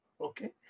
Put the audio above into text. okay